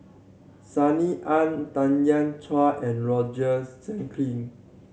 Sunny Ang Tanya Chua and Roger Jenkin